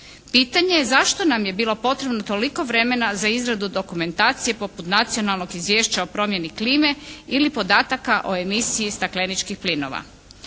Pitanje je zašto nam je bilo potrebno toliko vremena za izradu dokumentacije poput nacionalnog izvješća o promjeni klime ili podataka o emisiji stakleničkih plinova.